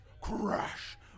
Crash